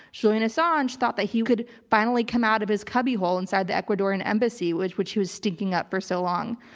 julian assange thought that he could finally come out of his cubby hole inside the ecuadorian embassy, which which he was sticking up for so long.